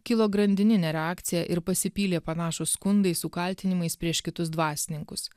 kilo grandininę reakciją ir pasipylė panašūs skundai su kaltinimais prieš kitus dvasininkus